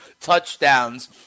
touchdowns